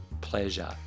pleasure